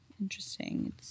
interesting